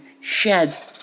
shed